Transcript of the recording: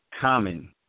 common